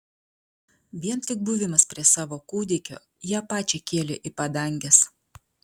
vien tik buvimas prie savo kūdikio ją pačią kėlė į padanges